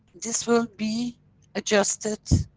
this will be adjusted,